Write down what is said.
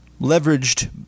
leveraged